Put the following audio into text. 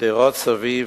הגדרות סביב